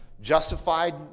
justified